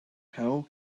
how